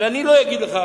ואני לא אגיד לך